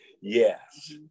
Yes